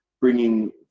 bringing